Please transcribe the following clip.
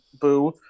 Boo